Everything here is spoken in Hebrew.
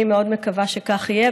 אני מאוד מקווה שכך יהיה.